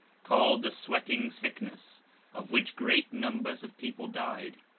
called the sweating sickness of which great numbers of people died.